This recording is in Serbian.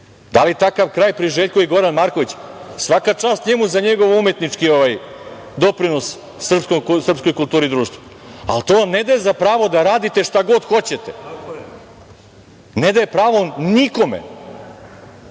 Da li takav kraj priželjkuje i Goran Marković? Svaka čast njemu za njegovo umetnički doprinos srpskoj kulturi društva, ali to vam ne daje za pravo da radite šta god hoćete. Ne daje pravo nikome. Još